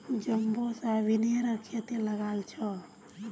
jumbo सोयाबीनेर खेती लगाल छोक